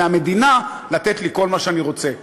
ומהמדינה לתת לי כל מה שאני רוצה.